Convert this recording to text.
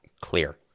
clear